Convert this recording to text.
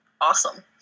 awesome